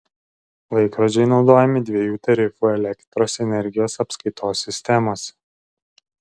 laikrodžiai naudojami dviejų tarifų elektros energijos apskaitos sistemose